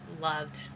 loved